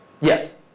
Yes